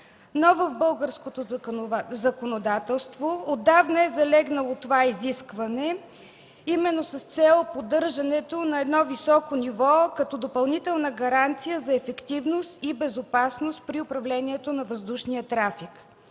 но българското законодателство отдавна е залегнало това изискване, именно с цел поддържането на едно високо ниво, като допълнителна гаранция за ефективност и безопасност при управлението на въздушния трафик.